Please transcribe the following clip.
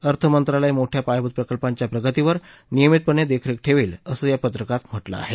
अर्थ मंत्रालय मोठ्या पायाभूत प्रकल्पांच्या प्रगतीवर नियमितपणे देखरेख ठेवेल असे या पत्रकात म्हटलं आहे